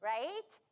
right